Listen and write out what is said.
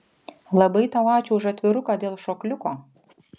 labai tau ačiū už atviruką dėl šokliuko